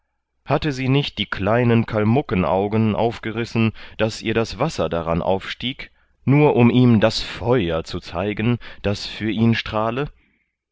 hatte sie nicht die kleinen kalmuckenaugen aufgerissen daß ihr das wasser daran aufstieg nur um ihm das feuer zu zeigen das für ihn strahle